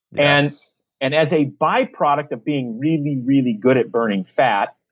and and as a byproduct of being really, really good at burning fat,